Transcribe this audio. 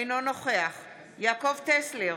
אינו נוכח יעקב טסלר,